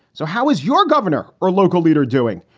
so how is your governor or local leader doing?